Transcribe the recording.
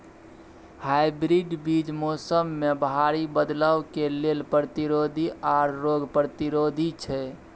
hybrid बीज मौसम में भारी बदलाव के लेल प्रतिरोधी आर रोग प्रतिरोधी छै